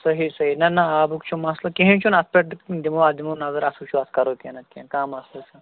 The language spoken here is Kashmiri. صحیح صحیح نہ نہ آبُک چھُ مَسلہٕ کِہیٖنۍ چھُنہٕ اَتھ پٮ۪ٹھ دِ دِمو اَتھ دِمو نظر اَتھ وٕچھو اَتھ کرو کینٛہہ نَتہٕ کینٛہہ کانٛہہ مَسلہٕ چھُنہٕ